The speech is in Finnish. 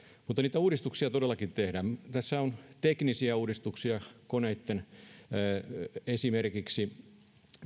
mutta niitä uudistuksia todellakin tehdään tässä on teknisiä uudistuksia esimerkiksi